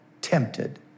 tempted